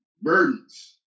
burdens